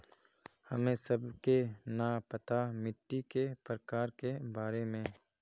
हमें सबके न पता मिट्टी के प्रकार के बारे में?